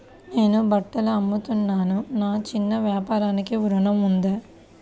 నేను బట్టలు అమ్ముతున్నాను, నా చిన్న వ్యాపారానికి ఋణం ఉందా?